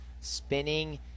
spinning